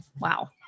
wow